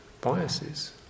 biases